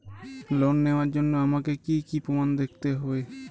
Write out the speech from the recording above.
Loan নেওয়ার জন্য আমাকে কী কী প্রমাণ দেখতে হবে?